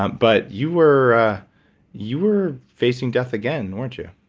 um but you were you were facing death again, aren't you?